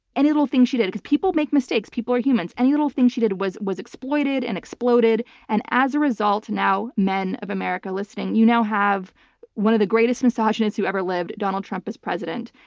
any little things she did because people make mistakes, people are humans. any little thing she did was was exploited and exploded and as a result, now, men of america listening, you now have one of the greatest misogynists who ever lived, donald trump, as president.